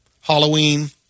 Halloween